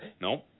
No